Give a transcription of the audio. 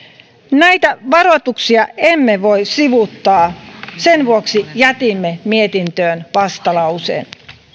näitä varoituksia emme voi sivuuttaa sen vuoksi jätimme mietintöön vastalauseen